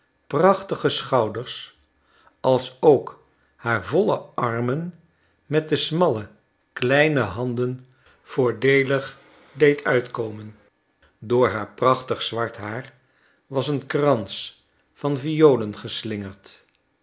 prachtige schouders alsook haar volle armen met de smalle kleine handen voordeelig deed uitkomen door haar prachtig zwart haar was een krans van violen geslingerd